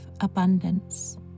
abundance